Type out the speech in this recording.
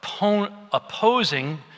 opposing